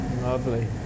Lovely